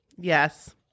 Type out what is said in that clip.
yes